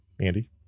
andy